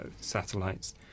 satellites